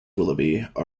willoughby